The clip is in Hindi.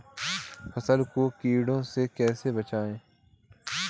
फसल को कीड़ों से कैसे बचाएँ?